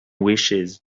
wishes